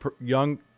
young